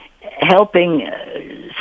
helping